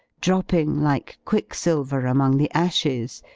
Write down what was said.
dropping, like quick-silver, among the ashes,